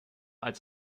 als